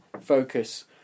focus